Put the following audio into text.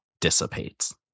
dissipates